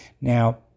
Now